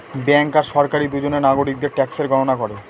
bank আর সরকারি দুজনে নাগরিকদের ট্যাক্সের গণনা করে